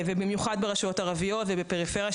במיוחד ברשויות ערביות ובפריפריה,